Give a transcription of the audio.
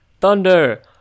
Thunder